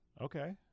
Okay